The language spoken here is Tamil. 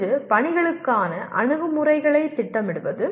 ஒன்று பணிகளுக்கான அணுகுமுறைகளைத் திட்டமிடுவது